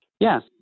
Yes